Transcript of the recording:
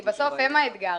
כי בסוף הם האתגר.